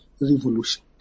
revolution